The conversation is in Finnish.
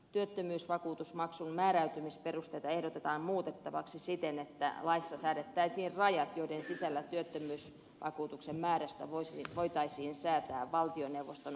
työttömyysvakuutusmaksun määräytymisperusteita ehdotetaan muutettavaksi siten että laissa säädettäisiin rajat joiden sisällä työttömyysvakuutuksen määrästä voitaisiin säätää valtioneuvoston asetuksella